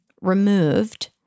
removed